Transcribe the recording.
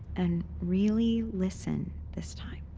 and really listen this time